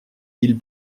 ils